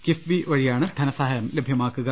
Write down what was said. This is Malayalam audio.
കിഫ്ബി വഴിയാണ് ധനസഹായം ലഭ്യമാക്കുക